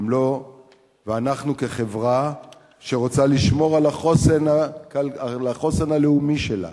ואנחנו, כחברה שרוצה לשמור על החוסן הלאומי שלה,